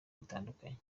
bitandukanye